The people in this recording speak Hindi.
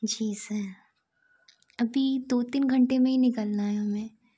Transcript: जी सर अभी दो तीन घंटे मे ही निकालना है हमें